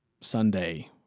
Sunday